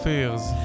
Fears